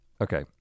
Okay